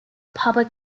public